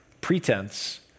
Pretense